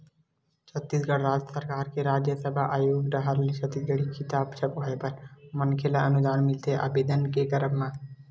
छत्तीसगढ़ राज सरकार के राजभासा आयोग डाहर ले छत्तीसगढ़ी किताब छपवाय बर मनखे ल अनुदान मिलथे आबेदन के करब म